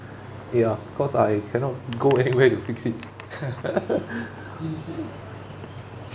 ya cause I cannot go anywhere to fix it